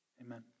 Amen